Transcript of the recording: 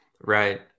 Right